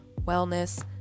wellness